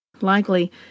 Likely